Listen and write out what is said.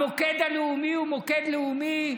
המוקד הלאומי הוא מוקד לאומי.